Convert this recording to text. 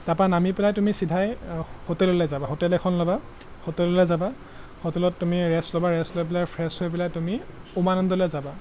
তাৰপৰা নামি পেলাই তুমি চিধাই হোটেললৈ যাবা হোটেল এখন ল'বা হোটেললৈ যাবা হোটেলত তুমি ৰেষ্ট ল'বা ৰেষ্ট লৈ পেলাই ফ্ৰেছ হৈ পেলাই তুমি উমানন্দলৈ যাবা